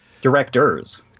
Directors